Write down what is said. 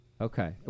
Okay